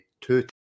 two